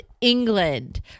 England